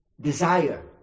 desire